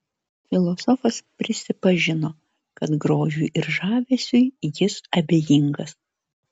filosofas prisipažino kad grožiui ir žavesiui jis abejingas